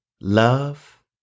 love